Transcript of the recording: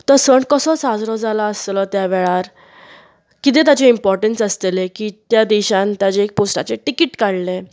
तो सण कसो साजरो जालो आसतलो त्या वेळार किदें ताजे ईम्पोर्टंस् आसतले की त्या देशांन ताजे एक पोस्टाचे तिकीट काडलें